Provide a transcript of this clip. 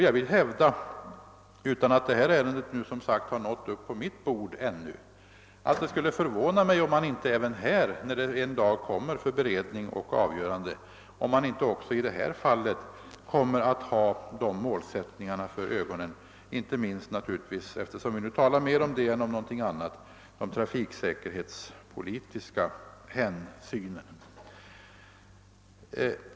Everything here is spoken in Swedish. Jag har visserligen ännu inte fått hand lingarna i det ärende som herr Hedin har tagit upp, men när det skall behandlas kommer man att ha målsättningen för ögonen och inte minst — eftersom vi nu talar mer om det än om någonting annat — de trafiksäkerhetspolitiska hänsynen.